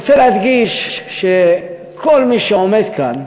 אני רוצה להדגיש, שכל מי שעומד כאן